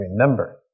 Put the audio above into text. remember